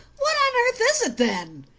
what on earth is it, then